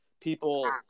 people